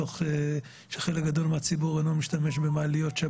אחד הדברים שמקשים הוא